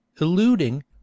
eluding